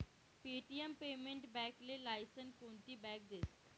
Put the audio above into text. Paytm payment बॅकले license कोनती bank देस?